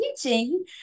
teaching